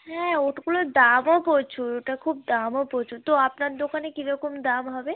হ্যাঁ ওগুলোর দামও প্রচুর ওটা খুব দামও প্রচুর তো আপনার দোকানে কী রকম দাম হবে